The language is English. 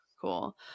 cool